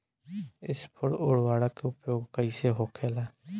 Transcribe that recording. स्फुर उर्वरक के उपयोग कईसे होखेला?